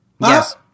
Yes